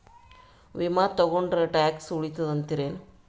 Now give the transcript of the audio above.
ವಿಮಾ ತೊಗೊಂಡ್ರ ಟ್ಯಾಕ್ಸ ಉಳಿತದ ಅಂತಿರೇನು?